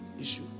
issue